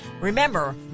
Remember